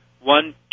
one